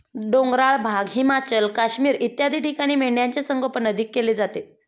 डोंगराळ भाग, हिमाचल, काश्मीर इत्यादी ठिकाणी मेंढ्यांचे संगोपन अधिक केले जाते